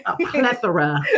plethora